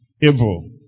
evil